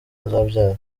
azabyara